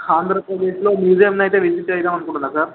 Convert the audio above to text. ఆంధ్రప్రదేశ్లో మ్యూజియంని అయితే విజిట్ చేద్దాం అనుకుంటున్నాను సార్